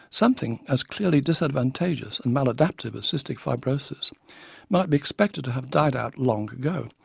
something as clearly disadvantageous and maladaptive as cystic fibrosis might be expected to have died out long ago,